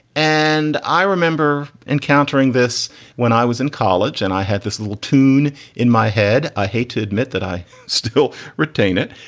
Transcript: and i remember encountering this when i was in college and i had this little tune in my head. i hate to admit that i still retain it.